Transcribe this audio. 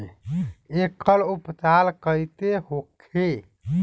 एकर उपचार कईसे होखे?